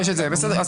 בסדר.